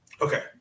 Okay